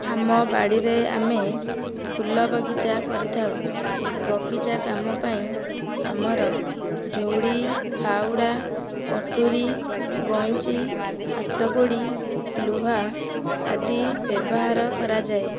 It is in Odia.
ଆମ ବାଡ଼ିରେ ଆମେ ଫୁଲ ବଗିଚା କରିଥାଉ ବଗିଚା କାମ ପାଇଁ ଆମର ଝୁଡ଼ି ଫାଉଡ଼ା କଟୁରୀ ଗଇଁଚି ହାତକୁଡ଼ି ଲୁହା ଆଦି ବ୍ୟବହାର କରାଯାଏ